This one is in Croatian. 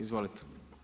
Izvolite.